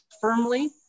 firmly